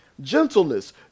gentleness